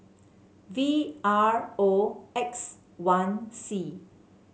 V R O X one C